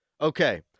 Okay